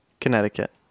Connecticut